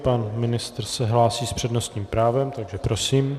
Pan ministr se hlásí s přednostním právem, takže prosím.